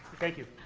thank you.